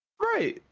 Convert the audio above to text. Right